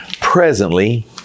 presently